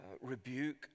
rebuke